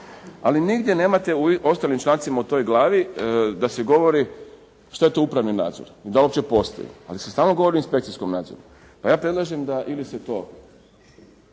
Ali nigdje nemate u ostalim člancima u toj glavi da se govori što je to upravni nadzor, da uopće postoji, ali se stalno govori o inspekcijskom nadzoru. Pa ja predlažem da ili se to,